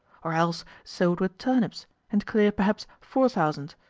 or else sow it with turnips, and clear, perhaps, four thousand.